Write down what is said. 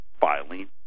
filing